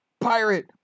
pirate